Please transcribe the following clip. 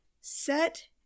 set